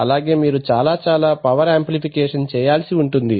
అలాగే మీరు చాలా చాలా పవర్ ఆంప్లిఫికేషన్ చేయాల్సి ఉంటుంది